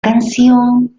canción